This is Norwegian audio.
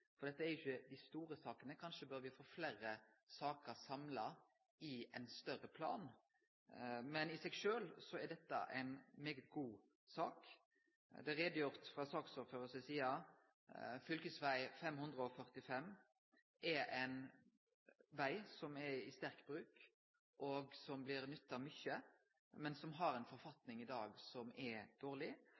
Stortinget. Dette er jo ikkje av dei store sakene – kanskje bør vi få fleire saker samla i ein større plan – men i seg sjølv er dette ei svært god sak. Det er gjort greie for frå saksordføraren si sida at fv. 545 er ein veg som er i sterk bruk, som blir nytta mykje, men som i dag er i dårleg forfatning. Dei tiltaka som kjem her, er